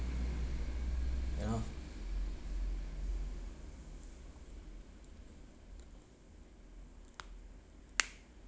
you know